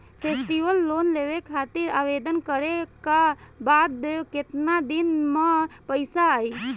Festival loan लेवे खातिर आवेदन करे क बाद केतना दिन म पइसा आई?